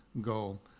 goal